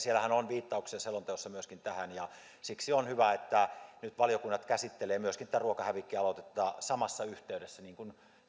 ja siellä selonteossahan on viittauksia myöskin tähän ja siksi on hyvä että nyt valiokunnat käsittelevät myöskin tätä ruokahävikkialoitetta samassa yhteydessä niin kuin